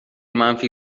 منفی